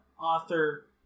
author